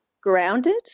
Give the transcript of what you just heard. grounded